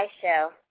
show